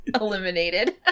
eliminated